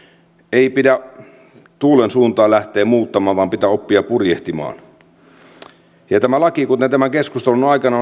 ei pidä tuulen suuntaa lähteä muuttamaan vaan pitää oppia purjehtimaan tämä laki kuten tämän keskustelun aikana